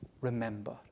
remember